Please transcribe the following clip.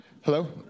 Hello